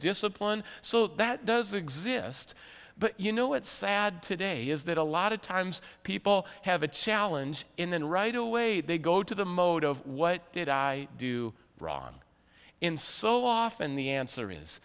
discipline so that does exist but you know it's sad today is that a lot of times people have a challenge in and right away they go to the mode of what did i do wrong in so often the answer is